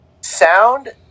sound